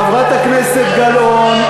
חברת הכנסת גלאון,